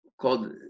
called